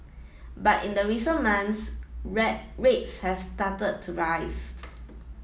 but in the recent months red rates have started to rise